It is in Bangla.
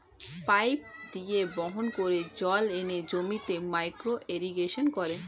পাইপ দিয়ে বাহন করে জল এনে জমিতে মাইক্রো ইরিগেশন করে